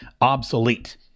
obsolete